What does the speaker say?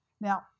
Now